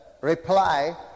reply